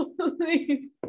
please